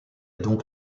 donc